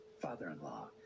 father-in-law